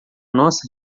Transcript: nossa